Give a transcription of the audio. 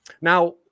Now